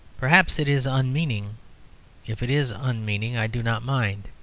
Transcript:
perhaps it is unmeaning if it is unmeaning i do not mind.